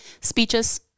speeches